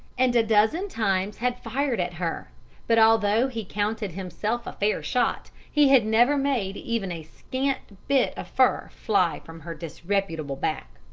and a dozen times had fired at her but although he counted himself a fair shot, he had never made even a scant bit of fur fly from her disreputable back.